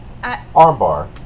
Armbar